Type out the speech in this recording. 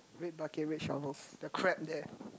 red bucket red shovel the crab there